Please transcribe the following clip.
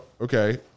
okay